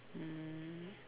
mm